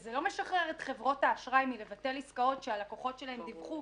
שזה לא משחרר את חברות האשראי מלבטל עסקאות שהלקוחות שלהן דיווחו